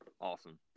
Awesome